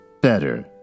better